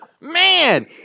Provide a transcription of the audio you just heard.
Man